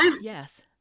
yes